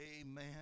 Amen